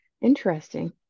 Interesting